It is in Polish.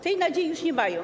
Tej nadziei już nie mają.